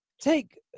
take